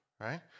right